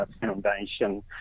Foundation